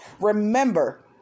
Remember